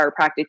chiropractic